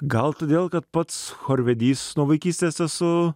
gal todėl kad pats chorvedys nuo vaikystės esu